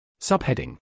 Subheading